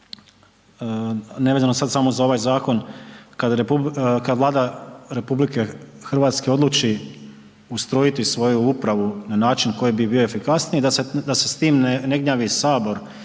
nevezano sad samo za ovaj zakon, kad Vlada RH odluči ustrojiti svoju upravu na način koji bi bio efikasniji da se s tim ne gnjavi sabor